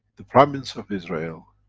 the prime minister of israel